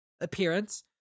appearance